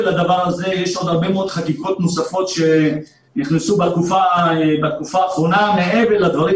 יש עוד הרבה מאוד חקיקות נוספות שנכנסו בתקופה האחרונה מעבר לדברים